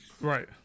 right